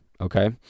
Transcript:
okay